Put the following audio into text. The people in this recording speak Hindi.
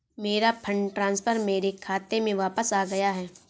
मेरा फंड ट्रांसफर मेरे खाते में वापस आ गया है